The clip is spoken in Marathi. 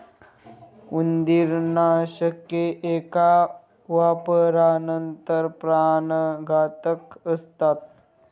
उंदीरनाशके एका वापरानंतर प्राणघातक असतात